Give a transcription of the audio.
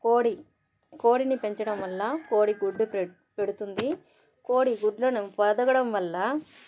కోడి కోడిని పెంచడం వల్ల కోడి గుడ్డు పెడుతుంది కోడి గుడ్లను పొదగడం వల్ల